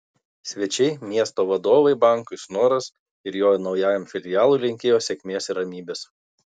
svečiai miesto vadovai bankui snoras ir jo naujajam filialui linkėjo sėkmės ir ramybės